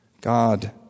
God